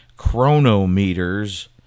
Chronometers